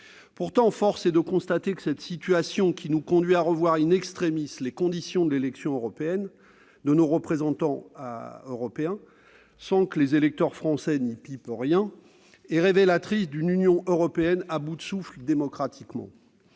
Pourtant, force est de constater que cette situation, qui nous conduit à revoir les conditions de l'élection de nos représentants européens sans que les électeurs français saisissent rien, est révélatrice d'une Union européenne à bout de souffle démocratiquement.